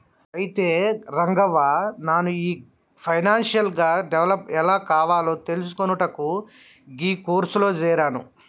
అయితే రంగవ్వ నాను గీ ఫైనాన్షియల్ గా డెవలప్ ఎలా కావాలో తెలిసికొనుటకు గీ కోర్సులో జేరాను